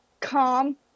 calm